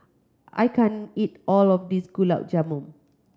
I can't eat all of this Gulab Jamun